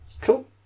Cool